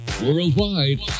worldwide